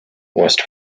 west